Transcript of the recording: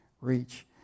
reach